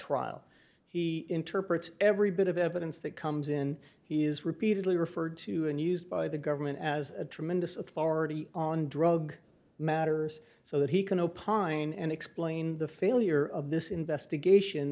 trial he interprets every bit of evidence that comes in he is repeatedly referred to and used by the government as a tremendous authority on drug matters so that he can opine and explain the failure of this investigation